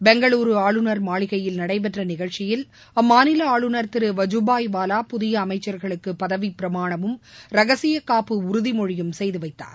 பெங்களூரு ஆளுநர் மாளிகையில் நடைபெற்ற நிகழ்ச்சியில் அம்மாநில ஆளுநர் திரு வஜுபாய்வாலா புதிய அமைச்சர்களுக்கு பதவிப்பிரமாணமும் ரகசிய காப்பு உறுதிமொழியும் செய்து வைத்தார்